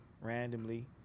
Randomly